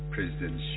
President